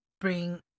bring